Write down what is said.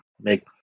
make